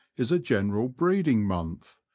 is a general breeding month,